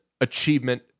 achievement